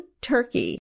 turkey